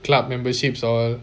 club memberships all